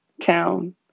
town